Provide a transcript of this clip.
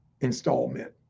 installment